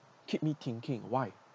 keep me thinking why